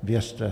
Věřte.